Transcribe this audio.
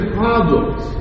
problems